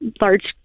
large